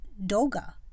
doga